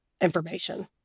information